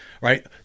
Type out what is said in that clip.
Right